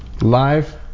live